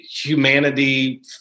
humanity